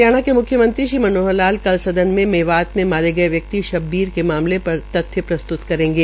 हरियाणा के मुख्यमंत्री श्री मनोहर लाल ने कल सदन मे मेवात में मारे गये व्यक्ति शब्बीर के मामले पर तथ्य प्रस्तुत करेंगे